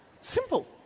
Simple